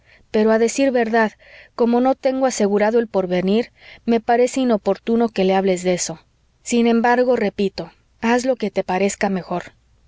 pero a decir la verdad como no tengo asegurado el porvenir me parece inoportuno que le hables de eso sin embargo repito haz lo que te parezca mejor